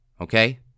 Okay